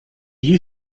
you